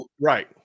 Right